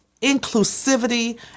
inclusivity